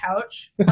couch